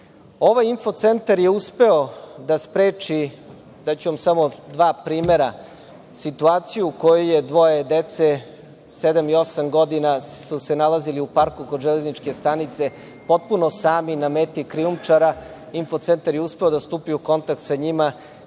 Ovaj info-centar je uspeo da spreči, daću vam samo dva primera, situaciju u kojoj je dvoje dece od sedam i osam godina, nalazili su se u parku kod železničke stanice potpuno sami na meti krijumčara. Info-centar je uspeo da stupi u kontakt sa njima,